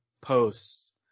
posts